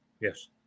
yes